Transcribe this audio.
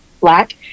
black